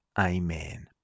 Amen